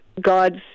God's